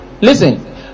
Listen